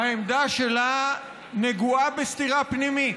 העמדה שלה נגועה בסתירה פנימית: